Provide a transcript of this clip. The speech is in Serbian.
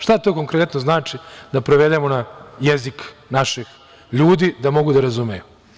Šta to konkretno znači, da prevedemo na jezik naših ljudi da mogu da razumeju?